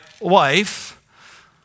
wife